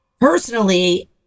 personally